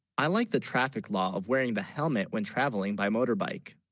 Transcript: i like the traffic law of wearing the helmet when traveling by motorbike,